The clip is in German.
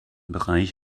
bereich